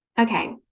Okay